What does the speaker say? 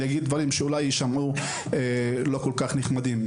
אני אגיד שאולי יישמעו לא כל כך נחמדים,